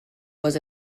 was